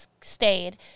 stayed